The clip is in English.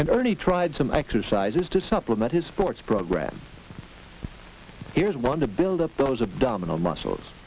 early tried some exercises to supplement his sports program here's one to build up those abdominal muscles